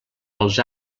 els